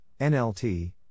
NLT